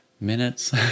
minutes